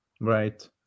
Right